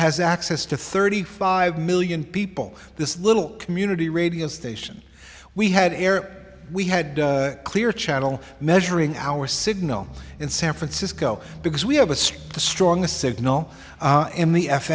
has access to thirty five million people this little community radio station we had air we had clear channel measuring our signal in san francisco because we have a state the strongest signal in the f